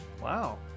Wow